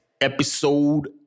episode